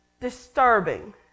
disturbing